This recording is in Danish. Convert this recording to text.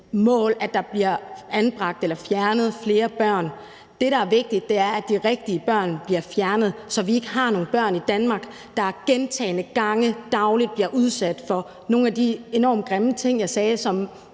mål, at der bliver anbragt eller fjernet flere børn. Det, der er vigtigt, er, at det er de rigtige børn, der bliver fjernet, så vi ikke har nogle børn i Danmark, der gentagne gange dagligt bliver udsat for nogle af de enormt grimme ting, jeg nævnte, som